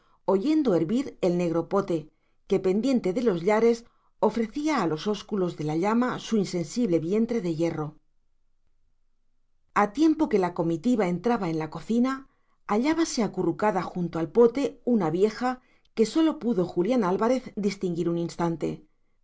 oyendo hervir el negro pote que pendiente de los llares ofrecía a los ósculos de la llama su insensible vientre de hierro a tiempo que la comitiva entraba en la cocina hallábase acurrucada junto al pote una vieja que sólo pudo julián álvarez distinguir un